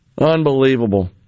Unbelievable